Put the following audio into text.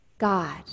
God